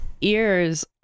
ears